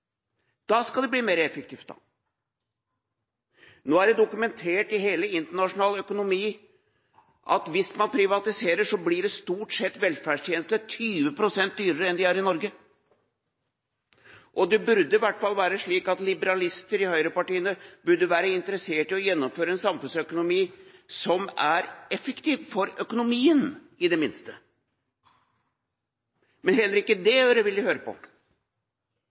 Da skal det bli mer effektivt, da. Nå er det dokumentert i hele den internasjonale økonomi at hvis man privatiserer, blir velferdstjenestene stort sett 20 pst. dyrere enn de er i Norge. Det burde i hvert fall være slik at liberalister i høyrepartiene var interessert i å gjennomføre en samfunnsøkonomi som i det minste er effektiv for økonomien. Men heller ikke det øret vil de høre på.